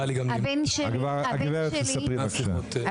הגברת תספרי בבקשה.